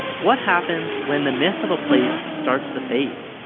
what happens when the myth of a place starts to fade?